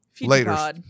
later